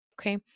Okay